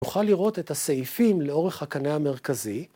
‫נוכל לראות את הסעיפים ‫לאורך הקנה המרכזי.